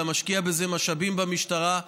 אתה משקיע בזה משאבים במשטרה.